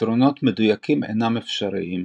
פתרונות מדויקים אינם אפשריים,